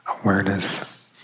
Awareness